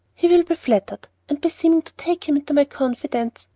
he will be flattered, and by seeming to take him into my confidence,